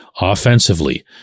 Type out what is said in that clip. offensively